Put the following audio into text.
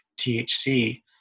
THC